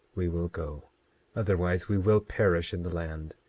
we will go otherwise we will perish in the land.